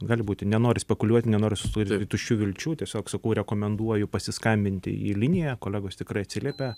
gali būti nenoriu spekuliuoti nenoriu sudaryti tuščių vilčių tiesiog sakau rekomenduoju pasiskambinti į liniją kolegos tikrai atsiliepia